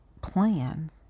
plan